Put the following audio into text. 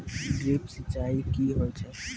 Drip सिंचाई कि होय छै?